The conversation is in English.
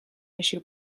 issue